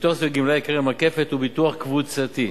הביטוח הסיעודי לגמלאי קרן "מקפת" הוא ביטוח קבוצתי.